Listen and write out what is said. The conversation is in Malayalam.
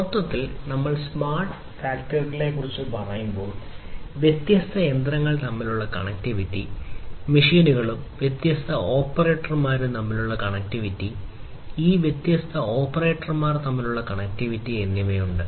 മൊത്തത്തിൽ നമ്മൾ സ്മാർട്ട് ഫാക്ടറികളെക്കുറിച്ച് പറയുമ്പോൾ വ്യത്യസ്ത യന്ത്രങ്ങൾ തമ്മിലുള്ള കണക്റ്റിവിറ്റി മെഷീനുകളും വ്യത്യസ്ത ഓപ്പറേറ്റർമാരും തമ്മിലുള്ള കണക്റ്റിവിറ്റി ഈ വ്യത്യസ്ത ഓപ്പറേറ്റർമാർ തമ്മിലുള്ള കണക്റ്റിവിറ്റി എന്നിവയുണ്ട്